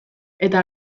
eta